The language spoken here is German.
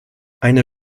eine